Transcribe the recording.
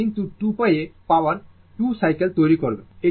কিন্তু 2π এ power 2 cycle তৈরি করবে